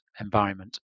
environment